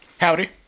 Howdy